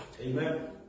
Amen